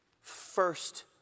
first